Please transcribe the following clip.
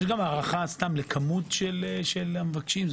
יש הערכה לכמות המבקשים?